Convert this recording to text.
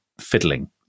fiddling